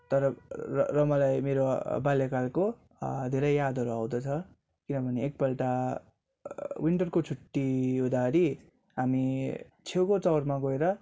तर र मलाई मेरो बाल्यकालको धेरै यादहरू आउँदछ किनभने एकपल्ट विन्टरको छुट्टी हुँदाखेरि हामी छेउको चउरमा गएर